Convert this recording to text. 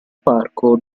parco